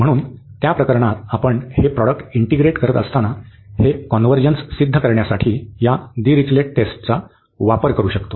म्हणून त्या प्रकरणात आपण हे प्रॉडक्ट इंटीग्रेट करत असताना हे कॉन्व्हर्जन्स सिद्ध करण्यासाठी या दिरिचलेट टेस्टचा Dirichlet's test वापर करू शकतो